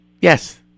yes